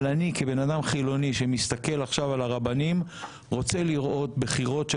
אבל אני כבן אדם חילוני שמסתכל עכשיו על הרבנים רוצה לראות בחירות של